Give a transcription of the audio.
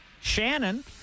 Shannon